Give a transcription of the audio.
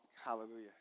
Hallelujah